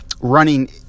running